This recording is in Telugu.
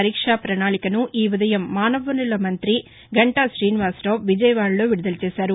పరీక్షా పణాళికను ఈ ఉదయం మానవ వనరుల మంత్రి గంటా శ్రీనివాస రావు విజయవాడలో విడుదల చేసారు